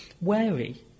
wary